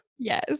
Yes